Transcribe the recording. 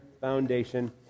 foundation